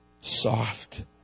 soft